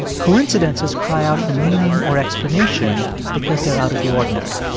coincidences cry out for meaning or explanation because they're out of the ordinary.